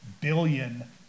billion